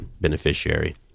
beneficiary